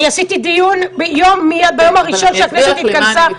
אני עשיתי דיון ביום הראשון שהכנסת התכנסה.